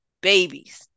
babies